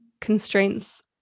constraints